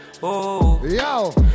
Yo